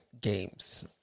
games